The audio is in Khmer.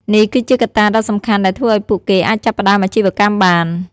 នេះគឺជាកត្តាដ៏សំខាន់ដែលធ្វើឱ្យពួកគេអាចចាប់ផ្តើមអាជីវកម្មបាន។